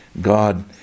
God